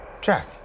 Jack